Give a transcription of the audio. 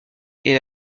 est